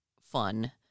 fun